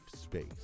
space